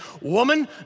woman